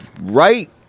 right